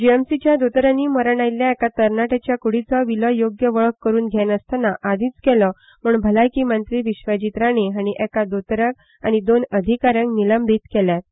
जीएमसीच्या दोतोरांनी मरण आयिल्ल्या एका तरणाट्याच्या क्डीचो विलो योग्य वळख करून घेनासतना आदींच केलो म्हणून भलायकी मंत्री विश्वजीत राणे हांणी एका दोतोराक आनी दोन अधिकाऱ्यांक निलंबीत केल्यात